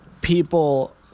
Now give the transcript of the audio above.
people